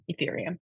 Ethereum